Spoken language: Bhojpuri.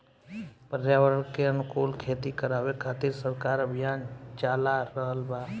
पर्यावरण के अनुकूल खेती करावे खातिर सरकार अभियान चाला रहल बा